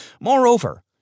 Moreover